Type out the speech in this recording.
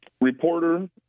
reporter